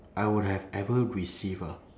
I would have ever receive ah